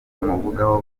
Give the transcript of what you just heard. bamuvugaho